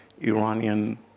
Iranian